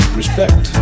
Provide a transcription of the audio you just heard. respect